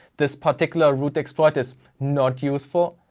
this particular root exploit is not useful.